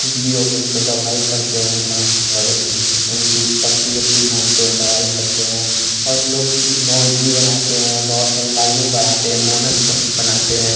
कुछ भी हो गया तो दवाई करते हैं उनका और उनकी पट्टी वट्टी बाँधते हैं दवाई करते हैं और लोग बाउण्ड्री बनाते हैं बहुत सारी लाइनें बनाते हैं बोनस प्वॉइन्ट बनाते हैं